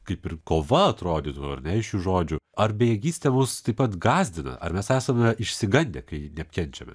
kaip ir kova atrodytų ar ne iš šių žodžių ar bejėgystė mus taip pat gąsdina ar mes esame išsigandę kai neapkenčiame